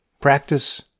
practice